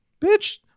bitch